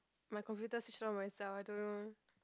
my computer switch on by itself I don't know